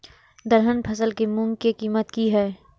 दलहन फसल के मूँग के कीमत की हय?